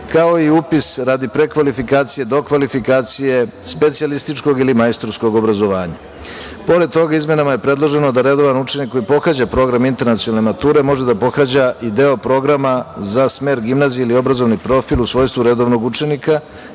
kao i upis radi prekvalifikacije, dokvalifikacije, specijalističkog ili majstorskog obrazovanja. Pored toga, izmenama je predloženo da redovan učenik koji pohađa program internacionalne mature može da pohađa i deo programa za smer gimnazije ili obrazovni profil u svojstvu redovnog učenika